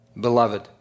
Beloved